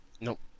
Nope